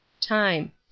Time